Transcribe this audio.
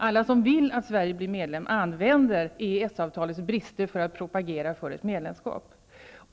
Alla som vill att Sverige skall bli medlem använder EES-avtalets brister för att propagera för ett medlemskap.